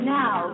now